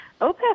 OPEC